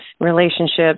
relationships